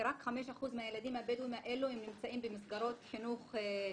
רק 5% מהילדים הבדואים האלו נמצאים במסגרות חינוך טיפול.